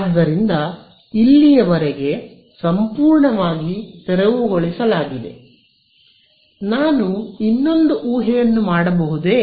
ಆದ್ದರಿಂದ ಇಲ್ಲಿಯವರೆಗೆ ಸಂಪೂರ್ಣವಾಗಿ ತೆರವುಗೊಳಿಸಲಾಗಿದೆ ನಾನು ಇನ್ನೊಂದು ಊಹೆಯನ್ನು ಮಾಡಬಹುದೇ